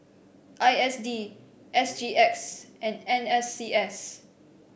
I S D S G X and N S C S